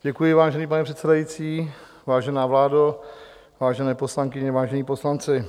Děkuji, vážený pane předsedající, vážená vládo, vážené poslankyně, vážení poslanci.